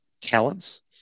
talents